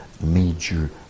major